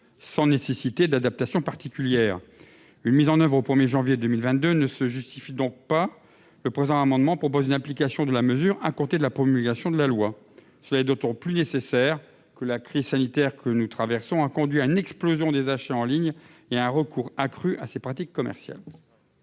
sans nécessité d'adaptation particulière. Attendre le 1 janvier 2022 ne se justifie donc pas. Avec le présent amendement, nous proposons une application de la mesure à compter de la promulgation de la loi. C'est d'autant plus nécessaire que la crise sanitaire que nous traversons a conduit à une explosion des achats en ligne et à un recours accru à ces pratiques commerciales.